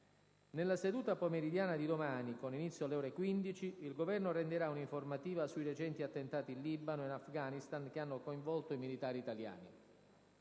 Nella seduta pomeridiana di domani, con inizio alle ore 15, il Governo renderà un'informativa sui recenti attentati in Libano e Afghanistan che hanno coinvolto i militari italiani.